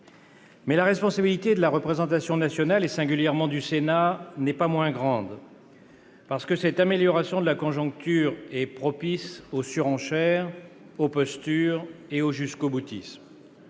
Mais la responsabilité de la représentation nationale, et singulièrement du Sénat, n'est pas moins grande. Cette amélioration de la conjoncture est en effet propice aux surenchères, aux postures et au jusqu'au-boutisme.